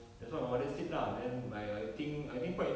that's what my mother said lah then I I think I think quite